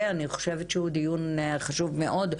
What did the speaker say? אני חושבת שהוא דיון חשוב מאוד.